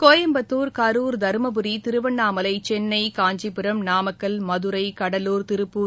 Coimbatore Karur Dharmapuri Tiruvannamalai Chennai Kanchipuram Namakkal Madurai Cuddalore Tiruppur